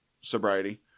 sobriety